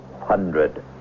hundred